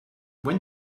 when